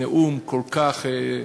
נאום כל כך,